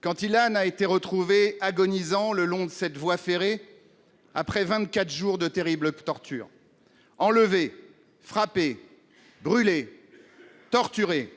quand Ilan a été retrouvé agonisant, le long de cette voie ferrée, après vingt-quatre jours de terribles tortures. Enlevé, frappé, brûlé, torturé,